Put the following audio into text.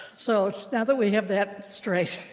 so now that we have that straight.